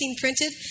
printed